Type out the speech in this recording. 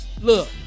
look